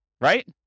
right